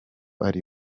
ari